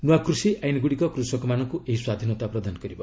ନୂଆ କୃଷି ଆଇନ୍ଗୁଡ଼ିକ କୃଷକମାନଙ୍କୁ ଏହି ସ୍ୱାଧୀନତା ପ୍ରଦାନ କରିବ